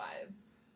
lives